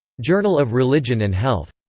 journal of religion and health.